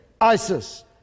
ISIS